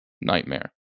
nightmare